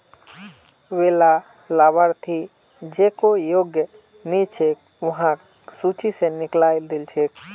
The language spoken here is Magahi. वैला लाभार्थि जेको योग्य नइ छ वहाक सूची स निकलइ दिल छेक